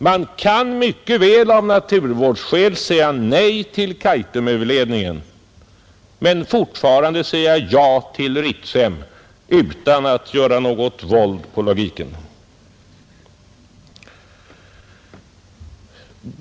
Man kan mycket väl av naturvårdsskäl säga nej till Kaitumöverledningen, men fortfarande säga ja till Ritsem utan att göra något våld på logiken.